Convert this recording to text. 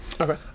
okay